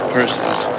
persons